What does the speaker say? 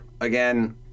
again